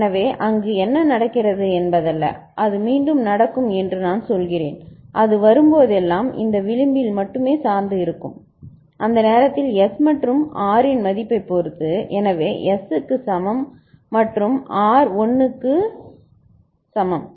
எனவே அது என்ன நடக்கிறது என்பதல்ல அது மீண்டும் நடக்கும் என்று நான் சொல்கிறேன் அது வரும்போதெல்லாம் இந்த விளிம்பில் மட்டுமே சார்ந்து இருக்கும் அந்த நேரத்தில் S மற்றும் R இன் மதிப்பைப் பொறுத்து எனவே S 0 க்கு சமம் மற்றும் R 1 சரி